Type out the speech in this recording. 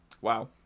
Wow